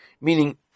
Meaning